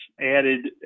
added